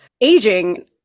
aging